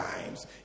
times